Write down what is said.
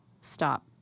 stop